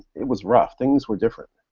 it was rough. things were different.